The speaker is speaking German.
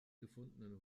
gefundenen